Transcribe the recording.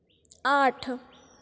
आठ